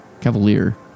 Cavalier